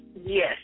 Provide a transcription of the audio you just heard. Yes